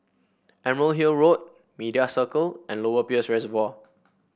Emerald Hill Road Media Circle and Lower Peirce Reservoir